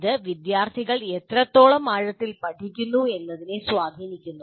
ഇത് വിദ്യാർത്ഥികൾ എത്രത്തോളം ആഴത്തിൽ പഠിക്കുന്നു എന്നതിനെ സ്വാധീനിക്കുന്നു